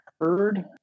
heard